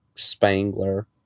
spangler